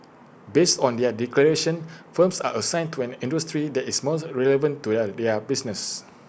based on their declarations firms are assigned to an industry that is most relevant to their business